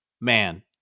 Man